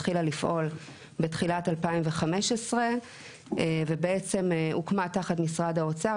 התחילה לפעול בתחילת 2015 ובעצם הוקמה תחת משרד האוצר.